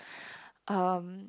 um